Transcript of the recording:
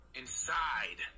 inside